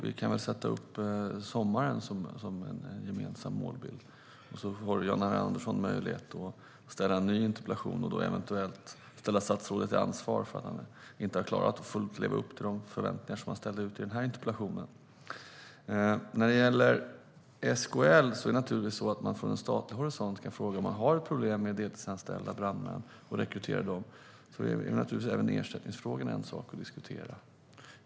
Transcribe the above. Vi kan väl sätta upp sommaren som en gemensam målbild, så får Jan R Andersson eventuellt möjlighet att ställa en ny interpellation och ställa statsrådet till ansvar för att han inte har klarat att helt leva upp till de förväntningar som han ställde ut i det här interpellationssvaret. När det gäller SKL kan man från statlig horisont undra: Om det finns problem med att rekrytera deltidsbrandmän är naturligtvis ersättningsfrågorna något att diskutera.